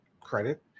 credit